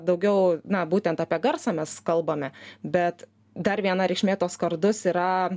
daugiau na būtent apie garsą mes kalbame bet dar viena reikšmė to skardus yra